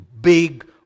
big